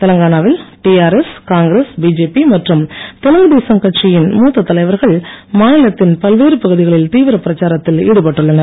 தெலுங்கானாவில் தியரஸ் காங்கிரஸ் பிஜேபி மற்றும் தெலுங்குதேசம் கட்சியின் மூத்த தலைவர்கள் மாநிலத்தின் பல்வேறு பகுதிகளில் தீவிரப் பிரச்சாரத்தில் ஈடுபட்டுள்ளனர்